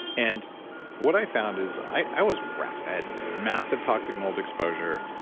and what i found is i was racked. i had massive toxic mold exposure.